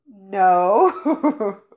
No